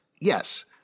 Yes